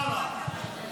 למה?